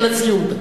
וזה לסיום, תגיד.